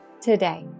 today